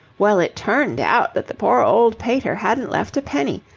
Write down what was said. well, it turned out that the poor old pater hadn't left a penny.